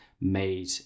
made